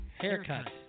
haircuts